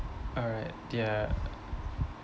alright yeah